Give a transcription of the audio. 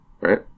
Right